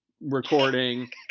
recording